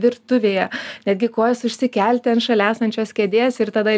virtuvėje netgi kojas užsikelti ant šalia esančios kėdės ir tada